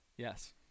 Yes